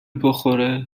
بخوره